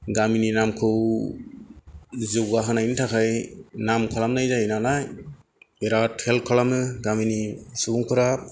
गामिनि नामखौ जौगाहोनायनि थाखाय नाम खालामनाय जायो नालाय बिराद हेल्प खालामो गामिनि सुबुंफोरा